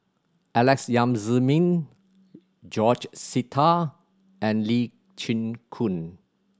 Alex Yam Ziming George Sita and Lee Chin Koon